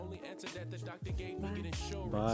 Bye